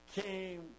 came